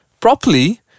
Properly